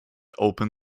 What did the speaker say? open